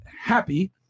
Happy